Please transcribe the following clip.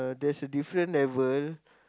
there's a different level